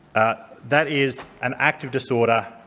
that is an act of disorder.